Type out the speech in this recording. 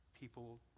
people